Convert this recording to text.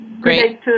Great